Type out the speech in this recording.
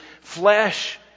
flesh